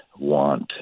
want